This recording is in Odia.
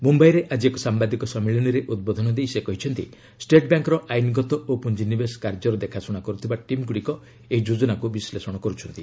ମୁମ୍ବାଇରେ ଆଜି ଏକ ସାମ୍ଭାଦିକ ସମ୍ମିଳନୀରେ ଉଦ୍ବୋଧନ ଦେଇ ସେ କହିଛନ୍ତି ଷ୍ଟେଟ୍ ବ୍ୟାଙ୍କ୍ର ଆଇନଗତ ଓ ପୁଞ୍ଜିନିବେଶ କାର୍ଯ୍ୟର ଦେଖାଶୁଣା କରୁଥିବା ଟିମ୍ଗୁଡ଼ିକ ଏହି ଯୋଜନାକୁ ବିଶ୍ଳେଷଣ କରୁଛନ୍ତି